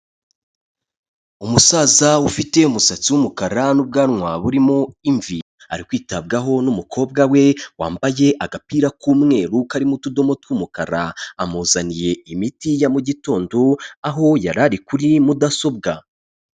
Umusaza ufite umusatsi w'umukara n'ubwanwa burimo imvi, ari kwitabwaho n'umukobwa we, wambaye agapira k'umweru karimo utudomo tw'umukara, amuzaniye imiti ya mu gitondo, aho yari ari kuri mudasobwa.